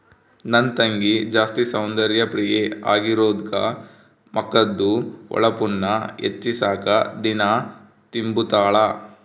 ನನ್ ತಂಗಿ ಜಾಸ್ತಿ ಸೌಂದರ್ಯ ಪ್ರಿಯೆ ಆಗಿರೋದ್ಕ ಮಕದ್ದು ಹೊಳಪುನ್ನ ಹೆಚ್ಚಿಸಾಕ ದಿನಾ ತಿಂಬುತಾಳ